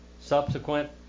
subsequent